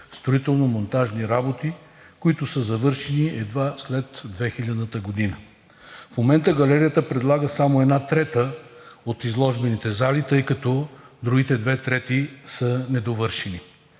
строително монтажни работи, които са завършени едва след 2000-та година. В момента галерията предлага само една трета от изложбените зали, тъй като другите две трети са недовършени.